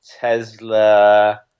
Tesla